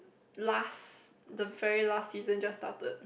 last the very last season just started